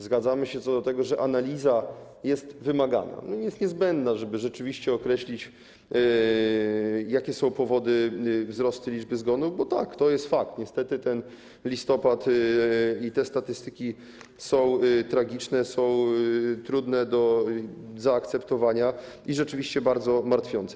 Zgadzamy się co do tego, że analiza jest wymagana, jest niezbędna, żeby rzeczywiście określić, jakie są powody wzrostu liczby zgonów, bo tak, to jest fakt, niestety ten listopad, te statystyki są tragiczne, są trudne do zaakceptowania i bardzo martwiące.